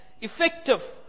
effective